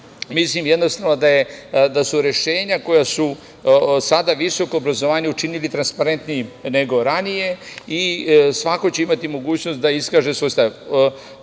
mislim da su rešenja koja su sada visoko obrazovanje učinili transparentnijim nego ranije i svako će imati mogućnost da iskaže svoj stav